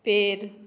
पेड़